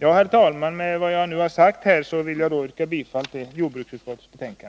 Herr talman! Med vad jag här har sagt vill jag yrka bifall till jordbruksutskottets hemställan.